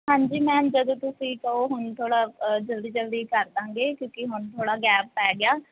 ਹਾਂਜੀ ਮੈਮ ਜਦੋਂ ਤੁਸੀਂ ਕਹੋ ਹੁਣ ਥੋੜ੍ਹਾ ਜਲਦੀ ਜਲਦੀ ਕਰ ਦਾਂਗੇ ਕਿਉਂਕਿ ਹੁਣ ਥੋੜ੍ਹਾ ਗੈਪ ਪੈ ਗਿਆ